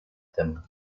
them